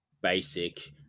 basic